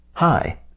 Hi